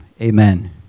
Amen